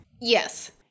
Yes